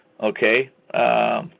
okay